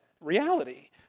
reality